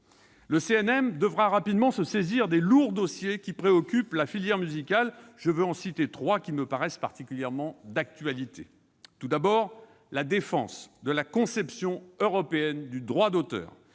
Le CNM devra rapidement se saisir des lourds dossiers qui préoccupent la filière musicale. Je veux en citer trois qui me paraissent particulièrement d'actualité. Il s'agit, tout d'abord, de la défense de la conception européenne du droit d'auteur,